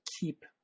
keep